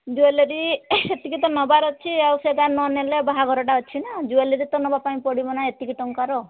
jewellery ଟିକିଏ ତ ନେବାର ଅଛି ଆଉ ସେଇଟା ନ ନେଲେ ବାହାଘର ଟା ଅଛି ନା ଜୁଏଲେରୀ ତ ନେବା ପାଇଁ ପଡ଼ିବନା ଏତିକି ଟଙ୍କାର